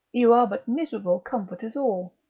you are but miserable comforters all.